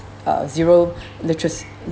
uh zero literacy